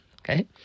Okay